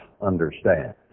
understand